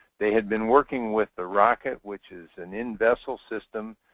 they had been working with the rocket, which is an in-vessel system.